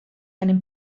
einem